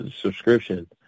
subscription